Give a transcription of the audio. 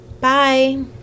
Bye